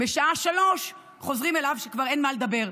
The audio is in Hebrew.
בשעה 15:00 חוזרים אליו כשכבר אין מה לדבר.